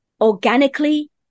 organically